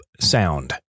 sound